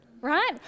right